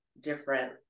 different